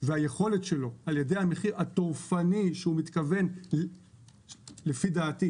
והיכולת שלו על ידי המחיר הטורפני שהוא מתכוון לפי דעתי